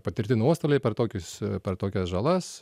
patirti nuostoliai per tokius per tokias žalas